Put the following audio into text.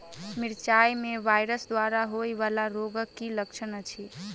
मिरचाई मे वायरस द्वारा होइ वला रोगक की लक्षण अछि?